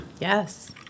Yes